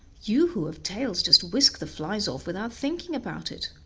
you who have tails just whisk the flies off without thinking about it,